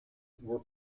were